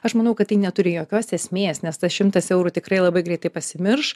aš manau kad ji neturi jokios esmės nes tas šimtas eurų tikrai labai greitai pasimirš